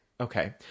okay